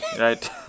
Right